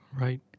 right